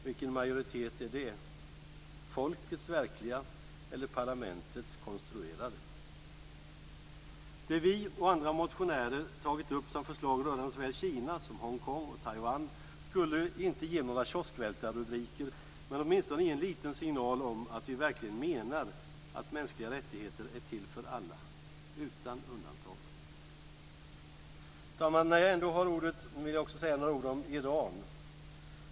Vilken majoritet är det - folkets verkliga eller parlamentets konstruerade? Det vi och andra motionärer tagit upp som förslag rörande såväl Kina som Hongkong och Taiwan skulle inte ge några kioskvältarrubriker men åtminstone ge en liten signal om att vi verkligen menar att mänskliga rättigheter är till för alla utan undantag. Herr talman! När jag ändå har ordet vill jag också säga några ord om Iran.